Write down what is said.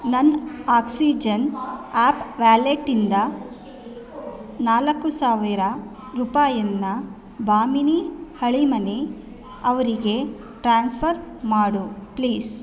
ನನ್ನ oxygen app ವ್ಯಾಲೆಟ್ಟಿಂದ ನಾಲ್ಕು ಸಾವಿರ ರೂಪಾಯಿಯನ್ನ ಬಾಮಿನಿ ಹಳಿಮನೆ ಅವರಿಗೆ ಟ್ರಾನ್ಸ್ಫರ್ ಮಾಡು ಪ್ಲೀಸ್